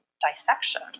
dissection